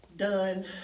done